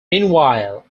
meanwhile